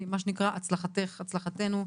מה שנקרא, הצלחתך הצלחתנו.